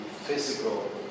physical